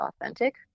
authentic